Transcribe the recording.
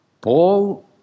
Paul